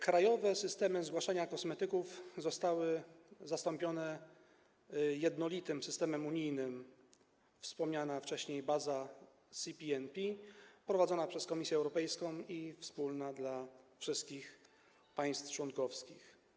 Krajowe systemy zgłaszania kosmetyków zostały zastąpione jednolitym systemem unijnym, wspomnianą wcześniej bazą CPNP, prowadzoną przez Komisję Europejską i wspólną dla wszystkich państw członkowskich.